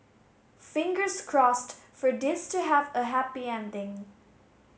fingers crossed for this to have a happy ending